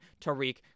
Tariq